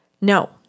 No